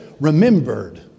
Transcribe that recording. remembered